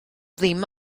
ddim